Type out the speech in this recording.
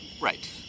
Right